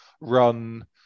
run